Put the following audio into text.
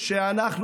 אנחנו,